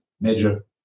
major